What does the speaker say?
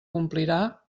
complirà